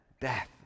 death